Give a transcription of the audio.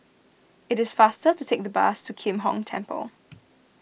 it is faster to take the bus to Kim Hong Temple